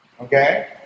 okay